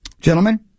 Gentlemen